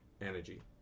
energy